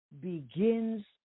begins